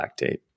lactate